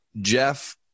Jeff